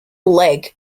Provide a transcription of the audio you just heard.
legg